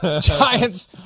Giants